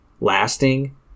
Lasting